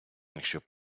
якщо